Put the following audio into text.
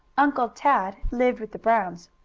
uncle tad lived with the browns.